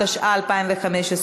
התשע"ה 2015,